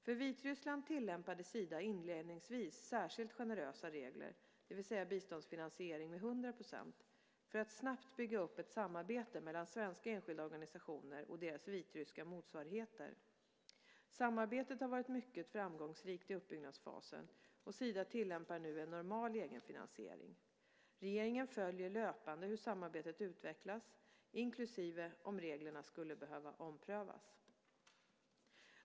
För Vitryssland tillämpade Sida inledningsvis särskilt generösa regler, det vill säga biståndsfinansiering med 100 %, för att snabbt bygga upp ett samarbete mellan svenska enskilda organisationer och deras vitryska motsvarigheter. Samarbetet har varit mycket framgångsrikt i uppbyggnadsfasen, och Sida tillämpar nu en normal egenfinansiering. Regeringen följer löpande hur samarbetet utvecklas, inklusive om reglerna skulle behöva omprövas.